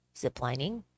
ziplining